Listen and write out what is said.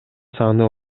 саны